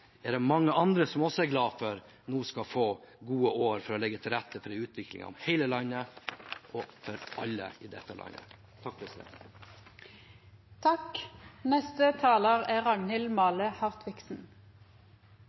nå skal få gode år til å legge til rette for en utvikling av hele landet og for alle i dette landet. I dag, i mitt aller første innlegg her på Stortinget, er